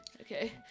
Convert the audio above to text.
okay